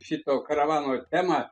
šito karavano temą